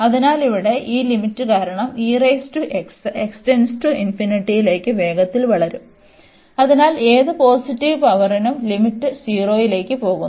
അതിനാൽ ഇവിടെ ഈ ലിമിറ്റ് കാരണം ലേക്ക് വേഗത്തിൽ വളരും അതിനാൽ ഏത് പോസിറ്റീവ് പവറിനും ലിമിറ്റ് 0ലേക്ക് പോകുന്നു